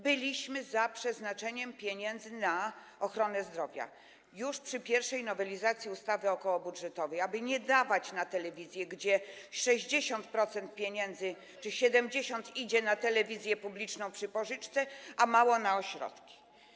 Byliśmy za przeznaczeniem pieniędzy na ochronę zdrowia już przy pierwszej nowelizacji ustawy okołobudżetowej, aby nie dawać na telewizję, gdzie 60% czy 70% pieniędzy idzie na telewizję publiczną, chodzi o pożyczkę, a mało na ośrodki.